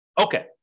Okay